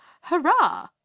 hurrah